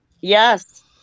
yes